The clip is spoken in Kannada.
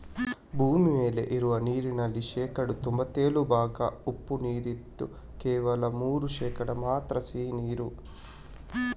ಭೂಮಿ ಮೇಲೆ ಇರುವ ನೀರಿನಲ್ಲಿ ಶೇಕಡಾ ತೊಂಭತ್ತೇಳು ಭಾಗ ಉಪ್ಪು ನೀರಿದ್ದು ಕೇವಲ ಮೂರು ಶೇಕಡಾ ಮಾತ್ರ ಸಿಹಿ ನೀರು